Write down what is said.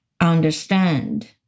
understand